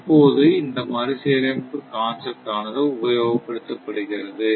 இப்போது அந்த மறுசீரமைப்பு கான்செப்ட் ஆனது உபயோகப்படுத்தப்படுகிறது